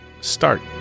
Start